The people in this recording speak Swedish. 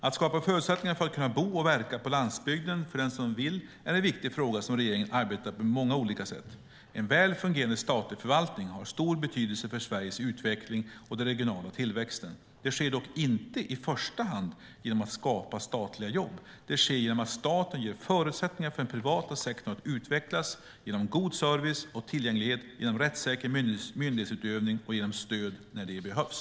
Att skapa förutsättningar för att kunna bo och verka på landsbygden för den som vill är en viktig fråga som regeringen arbetar med på många olika sätt. En väl fungerande statlig förvaltning har stor betydelse för Sveriges utveckling och den regionala tillväxten. Det sker dock inte i första hand genom att skapa statliga jobb. Det sker genom att staten ger förutsättningar för den privata sektorn att utvecklas, genom god service och tillgänglighet, genom rättssäker myndighetsutövning och genom stöd när det behövs.